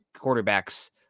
quarterbacks